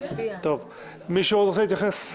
מישהו עוד רוצה להתייחס?